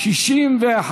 איסור לשון הרע (תיקון,